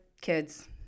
kids